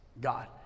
God